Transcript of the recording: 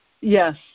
Yes